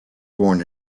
born